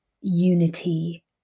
unity